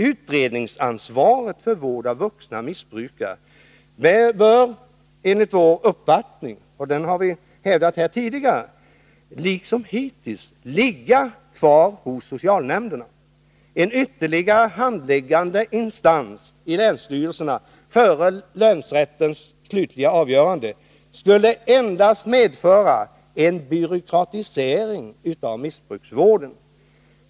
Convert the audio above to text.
Utredningsansvaret för vård av vuxna missbrukare bör — vilket vi har hävdat tidigare — enligt centerns uppfattning liksom hittills ligga kvar hos socialnämnderna. En ytterligare handläggande instans i länsstyrelserna före länsrättens slutliga avgörande skulle endast medföra en byråkratisering av missbruksvården.